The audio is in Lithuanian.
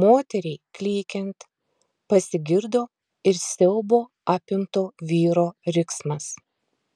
moteriai klykiant pasigirdo ir siaubo apimto vyro riksmas